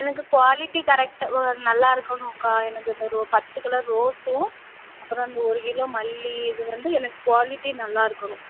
எனக்கு குவாலிட்டி கரெக்டாக நல்லா இருக்கணும்க்கா எனக்கு இந்த பத்து கலர் ரோஸும் அப்புறம் அந்த ஒரு கிலோ மல்லி இது வந்து எனக்கு குவாலிட்டி நல்லா இருக்கணும்